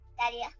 Daddy